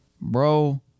bro